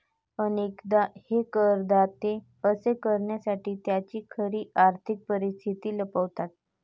अनेकदा हे करदाते असे करण्यासाठी त्यांची खरी आर्थिक परिस्थिती लपवतात